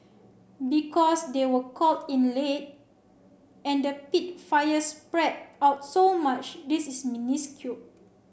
because they were called in late and the peat fire spread out so much this is minuscule